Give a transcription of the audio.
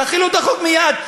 תחילו את החוק מייד.